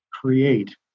create